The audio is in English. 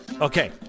Okay